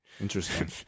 Interesting